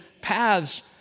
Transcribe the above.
paths